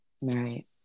Right